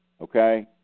Okay